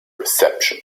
reception